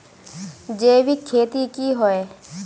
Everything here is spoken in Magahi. जैविक खेती की होय?